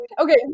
Okay